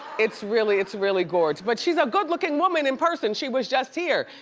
it's really it's really gorg, but she's a good-looking woman in person, she was just here,